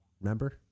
Remember